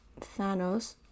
Thanos